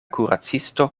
kuracisto